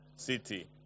City